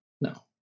no